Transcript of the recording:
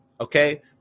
Okay